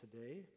today